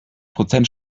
prozent